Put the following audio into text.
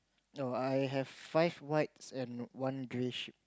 oh I have five whites and one grey ship